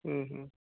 হুম হুম